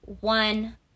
one